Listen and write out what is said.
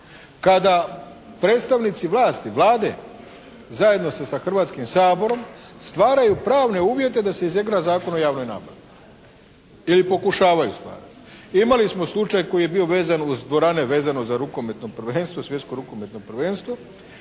kada predstavnici vlasti, Vlade zajedno sa Hrvatskim saborom stvaraju pravne uvjete da se izigra Zakon o javnoj nabavi ili pokušavaju stvarati. Imali smo slučaj koji je bio vezan uz dvorane, vezano za rukometno prvenstveno,